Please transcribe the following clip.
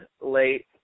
late